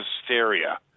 hysteria